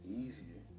easier